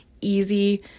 easy